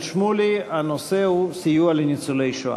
שמולי, הנושא הוא: סיוע לניצולי שואה.